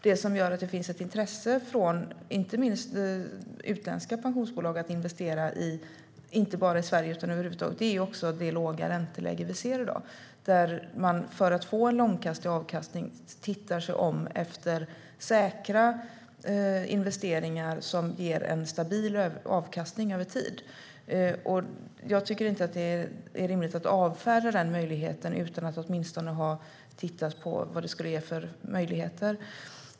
Det som gör att det finns ett intresse från inte minst utländska pensionsbolag att investera inte bara i Sverige utan över huvud taget är det låga ränteläget i dag. För att få en långsiktig avkastning ser man sig om efter säkra investeringar som ger en stabil avkastning över tid. Jag tycker inte att det är rimligt att avfärda den möjligheten utan att åtminstone ha tittat på vad det skulle ge för möjligheter.